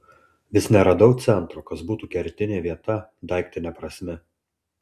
vis neradau centro kas būtų kertinė vieta daiktine prasme